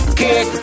kick